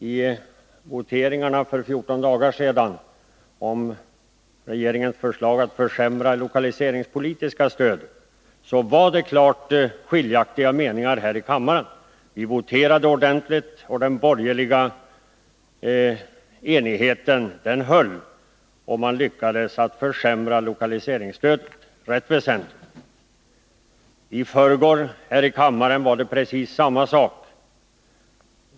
I voteringarna för 14 dagar sedan om regeringens förslag att försämra det lokaliseringspolitiska stödet var det klart skiljaktiga meningar här i kammaren. Vi voterade ordentligt, och den borgerliga enigheten höll — man lyckades försämra lokaliseringsstödet rätt väsentligt. I förrgår var det precis samma sak här i kammaren.